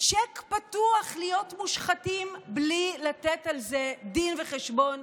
צ'ק פתוח להיות מושחתים בלי לתת על זה דין וחשבון,